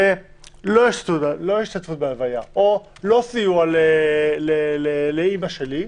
לא השתתפות בהלוויה או לא סיוע לאימא שלי,